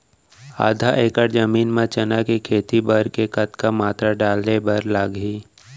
आधा एकड़ जमीन मा चना के खेती बर के कतका मात्रा डाले बर लागही?